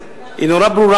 היא מאוד ברורה,